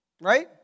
right